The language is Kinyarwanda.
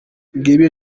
ngibi